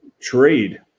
Trade